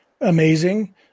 amazing